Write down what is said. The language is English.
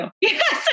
Yes